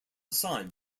son